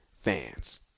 fans